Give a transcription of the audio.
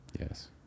Yes